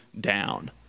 down